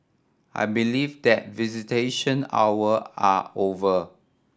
I believe that visitation hour are over